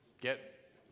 get